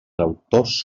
autors